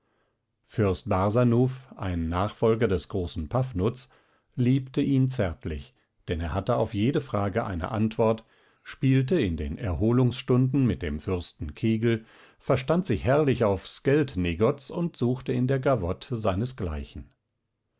fürst barsanuph ein nachfolger des großen paphnutz liebte ihn zärtlich denn er hatte auf jede frage eine antwort spielte in den erholungsstunden mit dem fürsten kegel verstand sich herrlich aufs geld negoz und suchte in der gavotte seinesgleichen